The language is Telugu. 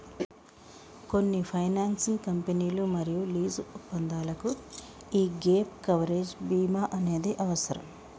కొన్ని ఫైనాన్సింగ్ కంపెనీలు మరియు లీజు ఒప్పందాలకు యీ గ్యేప్ కవరేజ్ బీమా అనేది అవసరం